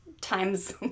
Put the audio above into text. times